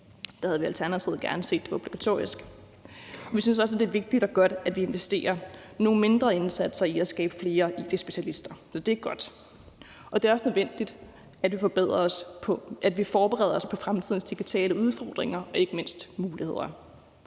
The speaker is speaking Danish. der havde vi i Alternativet gerne set, at det var obligatorisk – og vi synes også, det er vigtigt og godt, at vi investerer nogle mindre indsatser i at skabe flere it-specialister. Så det er godt, og det er også nødvendigt, at vi forbereder os på fremtidens digitale udfordringer og ikke mindst også muligheder.